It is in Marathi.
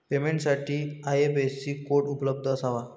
पेमेंटसाठी आई.एफ.एस.सी कोड उपलब्ध असावा